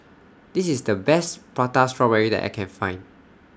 This IS The Best Prata Strawberry that I Can Find